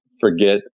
forget